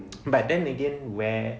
but then again where